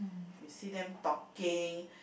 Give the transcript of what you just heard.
you see them talking